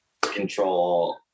control